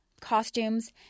costumes